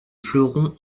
fleurons